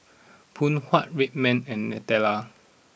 Phoon Huat Red Man and Nutella